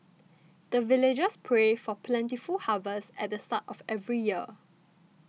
the villagers pray for plentiful harvest at the start of every year